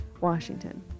Washington